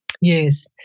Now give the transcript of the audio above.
Yes